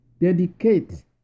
dedicate